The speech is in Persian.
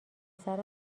پسر